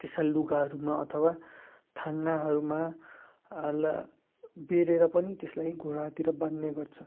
त्यसलाई लुगाहरूमा अथवा थाङ्नाहरूमा बेह्रेर पनि त्यसलाई घुँडातिर बान्ने गर्छ